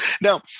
now